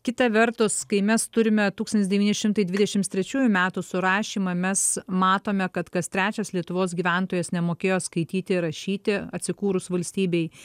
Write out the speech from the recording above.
kita vertus kai mes turime tūkstantis devyni šimtai dvidešimt trečiųjų metų surašymą mes matome kad kas trečias lietuvos gyventojas nemokėjo skaityti ir rašyti atsikūrus valstybei